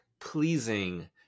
pleasing